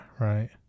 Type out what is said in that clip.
Right